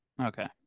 okay